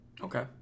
okay